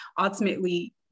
ultimately